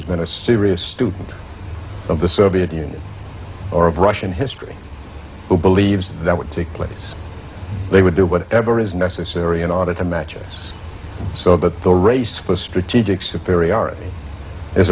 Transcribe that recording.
has been a serious student of the soviet union or of russian history who believes that would take place they would do whatever is necessary in order to match it so that the race for strategic superiority